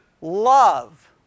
love